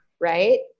right